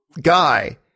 guy